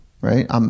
right